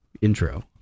intro